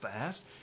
fast